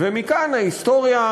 ומכאן ההיסטוריה,